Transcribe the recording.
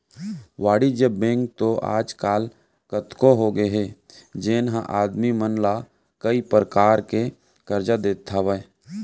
वाणिज्य बेंक तो आज काल कतको होगे हे जेन ह आदमी मन ला कई परकार के करजा देत हावय